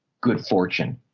good fortune.